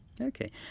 Okay